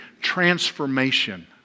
transformation